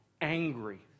angry